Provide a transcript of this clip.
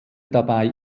dabei